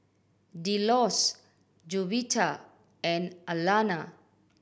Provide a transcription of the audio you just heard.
Delos Jovita and Alana